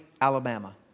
Alabama